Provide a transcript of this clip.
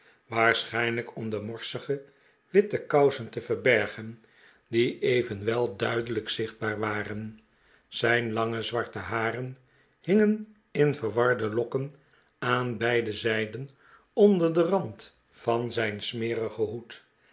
waarschijnlijk om de morsige witte kousen te verbergen die evenwel duidelijk zichtbaar waren zijn lange zwarte haren hingen in verwarde lokken aan beide zijden onder den rand van zijn smerigen hoed